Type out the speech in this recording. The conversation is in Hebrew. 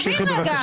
תמשיכי, בבקשה.